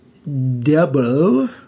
Double